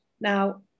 Now